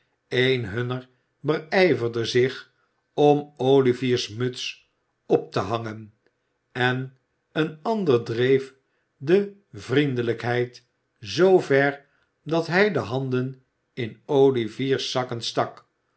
een hunner beijverde zich om olivier's muts op te hangen en een ander dreef de vriendelijkheid zoo ver dat hij de handen in olivier's zakken stak